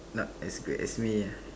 not as good as me ah